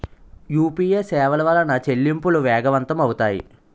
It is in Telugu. యూపీఏ సేవల వలన చెల్లింపులు వేగవంతం అవుతాయి